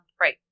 Right